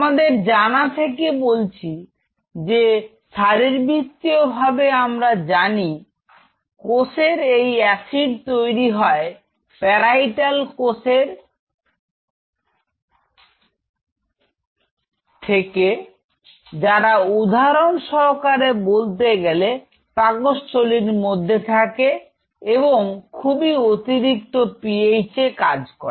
আমাদের জানা থেকে বলছি যে শারীর বৃত্তীয় ভাবে আমরা জানি কোষের এই এসিড তৈরি হয় প্যারাইটাল কোষের শেপ কোষ থেকে যারা উদাহরণ সহকারে বলতে গেলে পাকস্থলীর মধ্যে থাকে এবং খুবই অতিরিক্ত এসিড PH এ কাজ করে